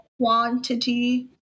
quantity